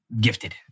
gifted